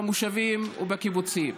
במושבים ובקיבוצים.